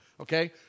okay